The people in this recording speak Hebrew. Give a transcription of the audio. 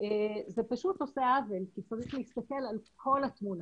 -- זה פשוט עושה עוול כי צריך להסתכל על כל התמונה.